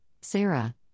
Sarah